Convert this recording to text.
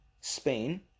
Spain